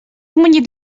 munyit